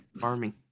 farming